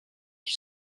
qui